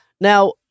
now